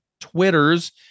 Twitter's